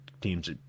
teams